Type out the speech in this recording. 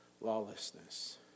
lawlessness